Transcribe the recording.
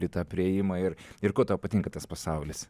į tą priėjimą ir ir kuo tau patinka tas pasaulis